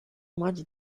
much